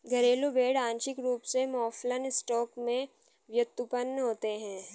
घरेलू भेड़ आंशिक रूप से मौफलन स्टॉक से व्युत्पन्न होते हैं